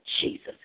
Jesus